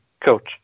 Coach